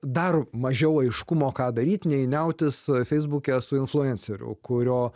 dar mažiau aiškumo ką daryt nei niautis feisbuke su influenceriu kurio